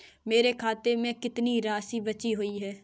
मेरे खाते में कितनी राशि बची हुई है?